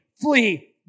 Flee